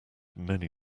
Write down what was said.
many